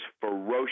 ferocious